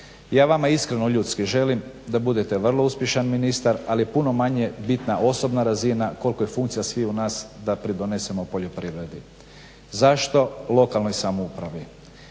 ja vama iskreno ljudski želim da budete vrlo uspješan ministar, ali puno manje je bitna osobna razina, koliko je funkcija svih nas da pridonesemo poljoprivredi. Zašto lokalnoj samoupravi?